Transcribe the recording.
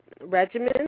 regimen